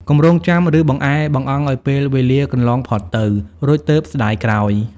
កុំរង់ចាំ ឬបង្អែបង្អង់ឱ្យពេលវេលាកន្លងផុតទៅ រួចទើបស្ដាយក្រោយ ។